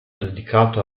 dedicato